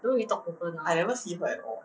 I never see her at all